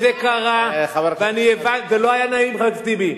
גם לא חבר הכנסת ברכה, שעמד כאן לפני.